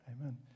Amen